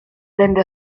tende